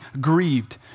grieved